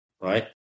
right